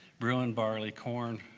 brewing barley, corn,